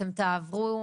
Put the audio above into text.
אתם תעברו?